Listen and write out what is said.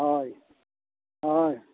ᱦᱳᱭ ᱦᱳᱭ